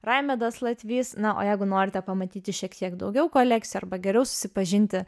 raimedas latvys na o jeigu norite pamatyti šiek tiek daugiau kolekcijų arba geriau susipažinti